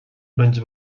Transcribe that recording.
będzie